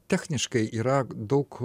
techniškai yra daug